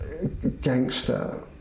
Gangster